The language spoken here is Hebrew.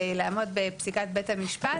לעמוד בפסיקת בית המשפט,